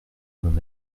mon